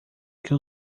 que